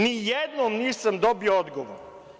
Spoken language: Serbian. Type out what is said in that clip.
Nijednom nisam dobio odgovor.